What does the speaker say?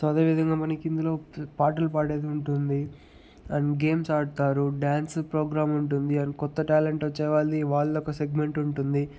so అదేవిధంగా మనకి ఇందులో పాటలు పాడేది ఉంటుంది అండ్ గేమ్స్ ఆడతారు డ్యాన్స్ ప్రోగ్రాం ఉంటుంది అండ్ కొత్త ట్యాలెంట్ వచ్చే వాళ్ళది వాళ్దొక ఒక సెగ్మెంట్ ఉంటుంది